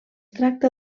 tracta